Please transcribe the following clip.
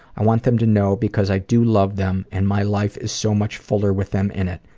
i want them to know because i do love them and my life is so much fuller with them in it.